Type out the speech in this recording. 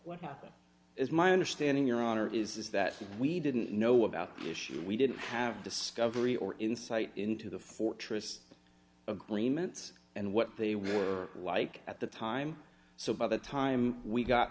what happened is my understanding your honor is that we didn't know about the issue we didn't have discovery or insight into the fortress agreements and what they were like at the time so by the time we got